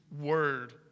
word